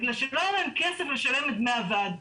בגלל שלא היה להם כסף לשלם את דמי הוועד.